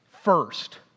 first